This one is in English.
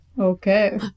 Okay